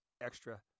extra